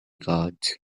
guards